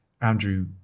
Andrew